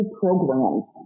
programs